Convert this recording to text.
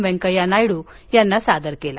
वेंकय्या नायडू यांना सादर केला